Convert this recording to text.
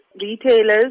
retailers